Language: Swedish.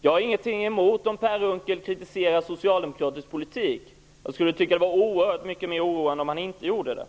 Jag har ingenting emot att Per Unckel kritiserar socialdemokratisk politik. Det skulle vara mycket mer oroande om han inte gjorde det.